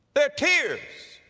there're tears.